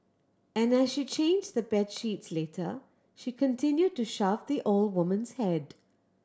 and as she changes the bed sheets later she continued to shove the old woman's head